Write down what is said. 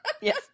Yes